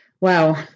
Wow